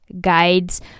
guides